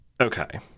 Okay